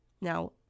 Now